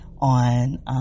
on